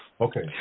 Okay